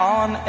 on